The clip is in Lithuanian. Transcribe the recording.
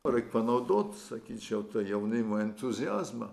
reik panaudot sakyčiau tą jaunimo entuziazmą